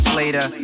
later